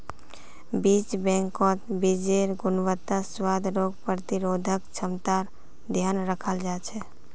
बीज बैंकत बीजेर् गुणवत्ता, स्वाद, रोग प्रतिरोधक क्षमतार ध्यान रखाल जा छे